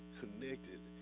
connected